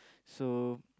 so